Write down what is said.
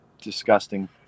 disgusting